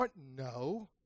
No